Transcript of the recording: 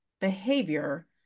behavior